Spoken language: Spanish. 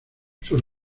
sus